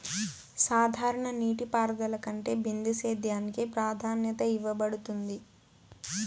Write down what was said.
సాధారణ నీటిపారుదల కంటే బిందు సేద్యానికి ప్రాధాన్యత ఇవ్వబడుతుంది